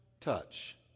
touch